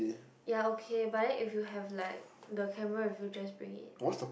ya okay but then if you have like the camera with you just bring it